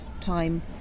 time